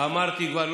אמרתי כבר,